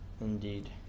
indeed